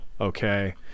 okay